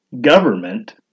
government